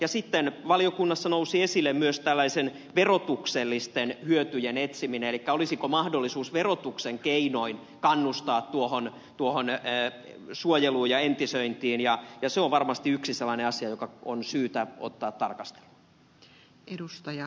sitten valiokunnassa nousi esille myös tällaisten verotuksellisten hyötyjen etsiminen elikkä se olisiko mahdollista verotuksen keinoin kannustaa tuohon suojeluun ja entisöintiin ja se on varmasti yksi sellainen asia joka on syytä ottaa tarkasteluun